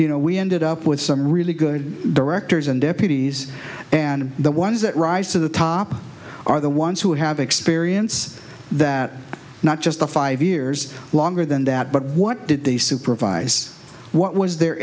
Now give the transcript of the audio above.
you know we ended up with some really good directors and deputies and the ones that rise to the top are the ones who have experience that not just the five years longer than that but what did they supervise what was their